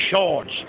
Shorts